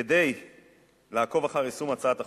כדי לעקוב אחר יישום הצעת החוק,